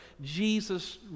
jesus